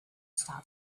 stop